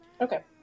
Okay